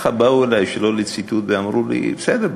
ככה באו אלי שלא לציטוט ואמרו לי: בסדר,